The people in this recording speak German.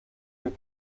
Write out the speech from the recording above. den